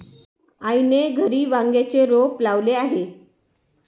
आईने घरी वांग्याचे रोप लावले आहे